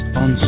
on